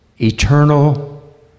eternal